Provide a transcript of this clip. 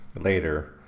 later